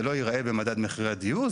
זה לא ייראה במדד מחירי הדיור,